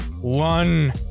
one